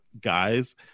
guys